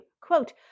Quote